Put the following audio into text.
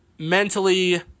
Mentally